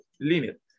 limit